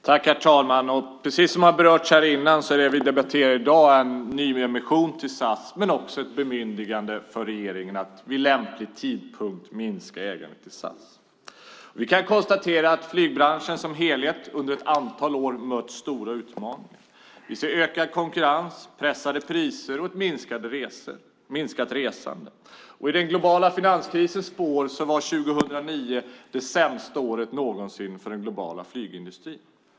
Herr talman! Precis som har berörts här innan är det vi debatterar i dag en nyemission till SAS men också ett bemyndigande för regeringen att vid lämplig tidpunkt minska ägandet i SAS. Vi kan konstatera att flygbranschen som helhet under ett antal år mött stora utmaningar. Vi ser ökad konkurrens, pressade priser och ett minskat resande. I den globala finanskrisens spår var 2009 det sämsta året någonsin för den globala flygindustrin.